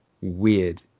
weird